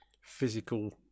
physical